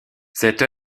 cette